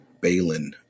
Balin